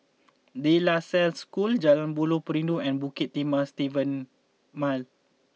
De La Salle School Jalan Buloh Perindu and Bukit Timah Steven Mile